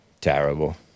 Terrible